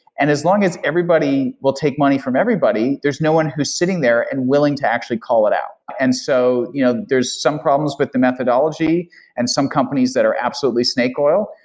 and as long as everybody will take money from everybody, there's no one who's sitting there and willing to actually call it out. and so you know there's some problems with the methodology and some companies that are absolutely snake oil,